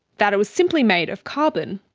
that it was simply made of carbon.